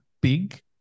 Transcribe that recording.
big